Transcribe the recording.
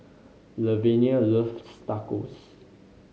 Lavenia loves Tacos